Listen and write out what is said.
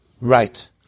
Right